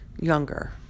younger